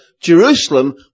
Jerusalem